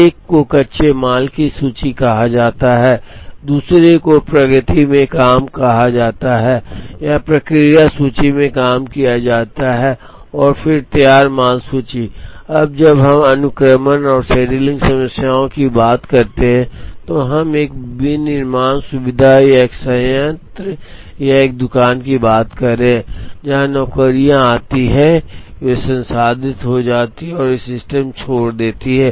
एक को कच्चे माल की सूची कहा जाता है दूसरे को प्रगति में काम कहा जाता है या प्रक्रिया सूची में काम किया जाता है और फिर तैयार माल सूची अब जब हम अनुक्रमण और शेड्यूलिंग समस्याओं की बात करते हैं तो हम एक विनिर्माण सुविधा या एक संयंत्र या एक दुकान की बात कर रहे हैं जहां नौकरियां आती हैं वे संसाधित हो जाती हैं और वे सिस्टम छोड़ देती हैं